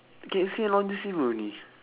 K_F_C all the same only